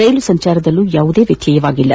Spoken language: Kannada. ರೈಲು ಸಂಚಾರದಲ್ಲೂ ಯಾವುದೇ ವ್ಯತ್ಯಯವಾಗಿಲ್ಲ